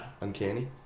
Uncanny